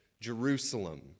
Jerusalem